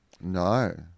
No